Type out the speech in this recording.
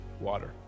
water